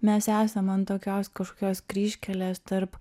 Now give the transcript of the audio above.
mes esam ant tokios kažkokios kryžkelės tarp